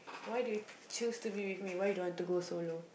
why do you choose to be with me why you don't want to go solo